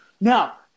Now